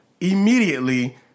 immediately